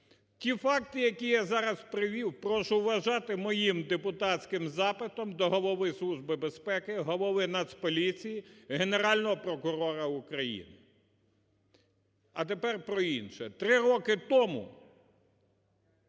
Ті факти, які я зараз привів прошу вважати моїм депутатським запитом до Голови Служби безпеки, голови Нацполіції, Генерального прокурора України. А тепер про інше, три роки тому